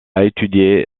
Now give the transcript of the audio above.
étudié